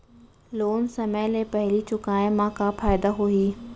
Loan समय ले पहिली चुकाए मा का फायदा होही?